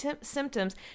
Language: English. symptoms